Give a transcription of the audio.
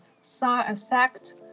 sacked